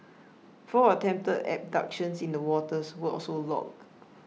four attempted abductions in the waters were also logged